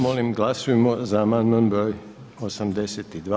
Molim glasujmo za amandman broj 82.